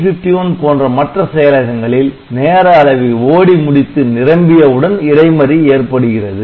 8051 போன்ற மற்ற செயலகங்களில் நேர அளவி ஓடி முடித்து நிரம்பியவுடன் இடைமறி ஏற்படுகிறது